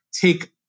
take